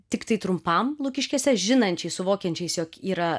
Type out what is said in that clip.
tiktai trumpam lukiškėse žinančiais suvokiančiais jog yra